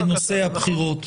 ליזום חקיקה בנושא הבחירות.